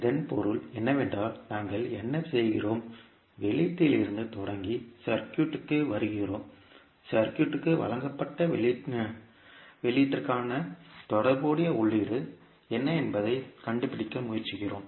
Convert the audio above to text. இதன் பொருள் என்னவென்றால் நாங்கள் என்ன செய்கிறோம் வெளியீட்டிலிருந்து தொடங்கி சர்க்யூட்க்கு வருகிறோம் சர்க்யூட்க்கு வழங்கப்பட்ட வெளியீட்டிற்கான தொடர்புடைய உள்ளீடு என்ன என்பதைக் கண்டுபிடிக்க முயற்சிக்கிறோம்